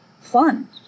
fun